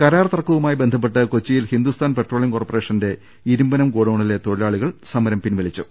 കരാർ തർക്കവുമായി ബന്ധപ്പെട്ട് കൊച്ചിയിൽ ഹിന്ദുസ്ഥാൻ പെട്രോ ളിയം കോർപ്പറേഷന്റെ ഇരുമ്പനം ഗോഡൌണിലെ തൊഴിലാളി സമരം പിൻവലിച്ചു